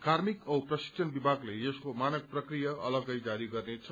कार्मिक औ प्रशिक्षण विभागले यसको मानक प्रक्रिया अलग्गै जारी गर्नेछ